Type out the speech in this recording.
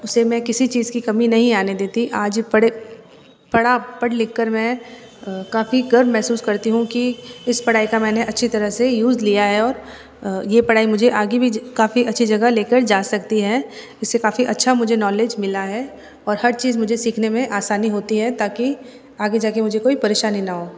उसे मैं किसी चीज़ की कमी नहीं आने देती आज पढ़ लिखकर मैं काफ़ी गर्व महसूस करती हूँ कि इस पढ़ाई का मैंने अच्छी तरह से यूज़ लिया है और ये पढ़ाई मुझे आगे भी ज काफ़ी अच्छी जगह लेकर जा सकती है इससे काफ़ी अच्छा मुझे नॉलेज मिला है और हर चीज़ मुझे सीखने में आसानी होती है ताकि आगे जाके मुझे कोई परेशानी ना हो